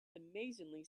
amazingly